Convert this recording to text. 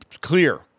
clear